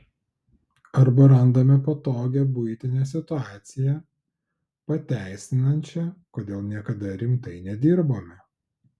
arba randame patogią buitinę situaciją pateisinančią kodėl niekada rimtai nedirbome